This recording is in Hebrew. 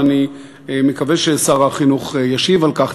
ואני מקווה ששר החינוך ישיב על כך,